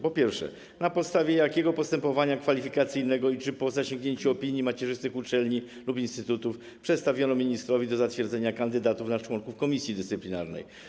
Po pierwsze, na podstawie jakiego postępowania kwalifikacyjnego - i czy zrobiono to po zasięgnięciu opinii macierzystych uczelni lub instytutów - przedstawiono ministrowi do zatwierdzenia kandydatów na członków komisji dyscyplinarnej?